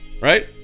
Right